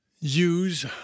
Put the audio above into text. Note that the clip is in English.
use